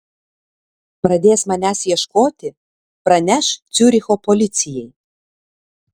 pradės manęs ieškoti praneš ciuricho policijai